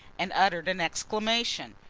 and uttered an exclamation.